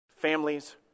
families